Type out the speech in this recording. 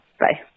bye